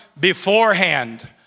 beforehand